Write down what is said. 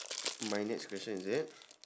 my next question is it